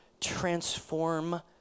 transform